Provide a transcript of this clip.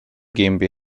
gmbh